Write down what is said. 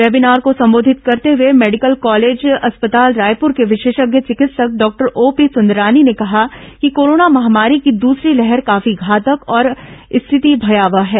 webinar को संबोधित करते हुए मेडिकल कॉलेज अस्पताल रायपुर के विशेषज्ञ चिकित्सक डॉक्टर ओपी सुंदरानी ने कहा कि कोरोना महामारी की दूसरी लहर काफी घातक और स्थिति भयावह है